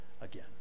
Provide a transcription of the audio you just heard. again